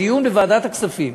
בדיון בוועדת הכספים,